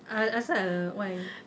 ah asal why